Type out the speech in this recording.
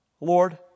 Lord